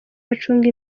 bacunga